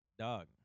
Dog